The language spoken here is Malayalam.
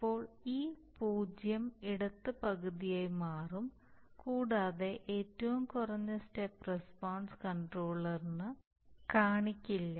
അപ്പോൾ ഈ 0 ഇടത് പകുതിയായി മാറും കൂടാതെ ഏറ്റവും കുറഞ്ഞ സ്റ്റെപ്പ് റസ്പോൺസ് കൺട്രോളറിന് കാണിക്കില്ല